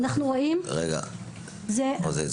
אני